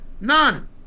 None